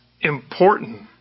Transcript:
important